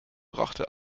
brachte